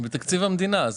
זה בתקציב המדינה.